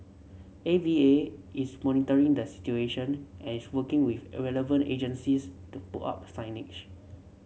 A V A is monitoring the situation and is working with a relevant agencies to put up signage